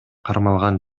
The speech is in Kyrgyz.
кармалган